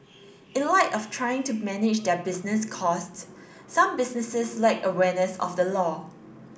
in light of trying to manage their business cost some businesses lack awareness of the law